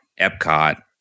Epcot